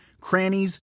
crannies